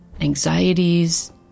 anxieties